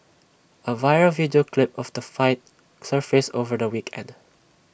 A viral video clip of the fight surfaced over the weekend